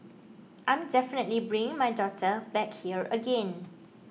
I'm definitely bringing my daughter back here again